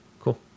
cool